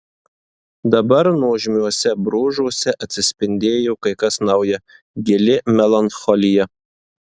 dabar nuožmiuose bruožuose atsispindėjo kai kas nauja gili melancholija